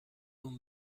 اون